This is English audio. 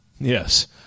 yes